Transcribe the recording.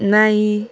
नाई